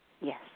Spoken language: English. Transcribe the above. Yes